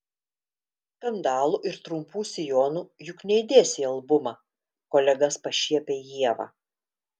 skandalų ir trumpų sijonų juk neįdėsi į albumą kolegas pašiepia ieva